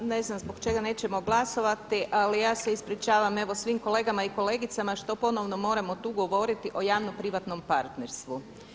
Pa ne znam zbog čega nećemo glasovati ali ja se ispričavam evo svim kolegama i kolegicama što ponovno moramo tu govoriti o javno-privatnom partnerstvu.